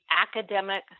academic